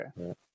Okay